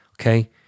okay